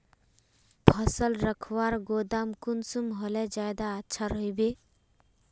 फसल रखवार गोदाम कुंसम होले ज्यादा अच्छा रहिबे?